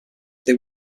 they